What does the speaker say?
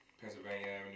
Pennsylvania